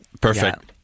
Perfect